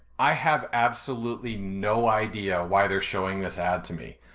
i have absolutely no idea why they're showing this ad to me.